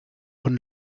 von